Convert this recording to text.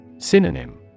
Synonym